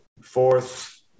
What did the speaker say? fourth